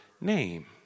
name